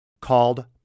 called